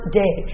day